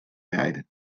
rijden